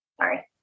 sorry